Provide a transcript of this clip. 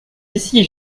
ici